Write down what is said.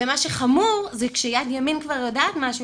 ומה שחשוב זה שכאשר יד ימין כבר יודעת משהו,